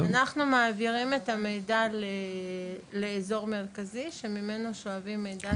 אנחנו מעבירים את המידע לאזור מרכזי שממנו שואבים מידע.